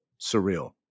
surreal